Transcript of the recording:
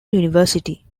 university